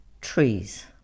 trees